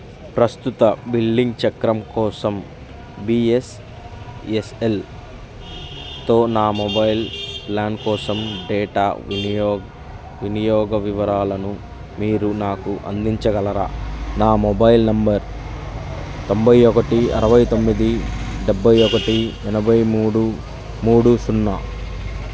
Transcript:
ప్రస్తుత బిల్లింగ్ చక్రం కోసం బీ ఎస్ ఎన్ ఎల్తో నా మొబైల్ ప్లాన్ కోసం డేటా వినియోగ వివరాలను మీరు నాకు అందించగలరా నా మొబైల్ నెంబర్ తొంభై ఒకటి అరవై తొమ్మిది డెబ్బై ఒకటి ఎనభై మూడు మూడు సున్నా